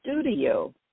studio